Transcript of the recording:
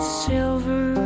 silver